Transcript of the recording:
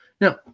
Now